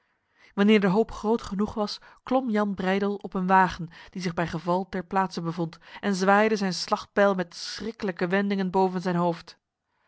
wanneer de hoop groot genoeg was klom jan breydel op een wagen die zich bij geval ter plaatse bevond en zwaaide zijn slachtbijl met schriklijke wendingen boven zijn hoofd